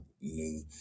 new